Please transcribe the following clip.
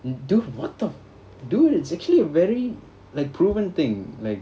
dude what the dude it's actually a very like proven thing like